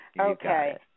Okay